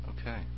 Okay